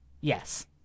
Yes